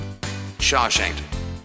Shawshank